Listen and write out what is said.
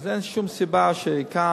אז אין שום סיבה שכאן